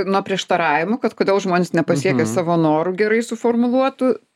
nuo prieštaravimų kad kodėl žmonės nepasiekia savo norų gerai suformuluotų